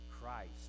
Christ